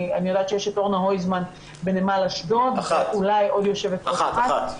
אני יודעת שיש את אורנה הויזמן בנמל אשדוד ואולי עוד יושבת-ראש אחת.